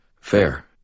Fair